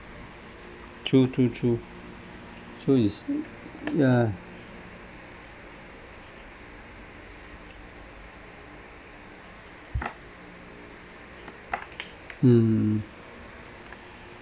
true true true so it's yeah mm